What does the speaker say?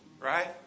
Right